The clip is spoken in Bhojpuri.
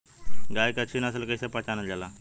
गाय के अच्छी नस्ल कइसे पहचानल जाला?